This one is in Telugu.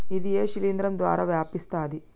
ఇది ఏ శిలింద్రం ద్వారా వ్యాపిస్తది?